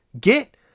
get